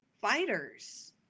fighters